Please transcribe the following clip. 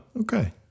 Okay